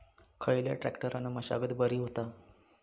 खयल्या ट्रॅक्टरान मशागत बरी होता?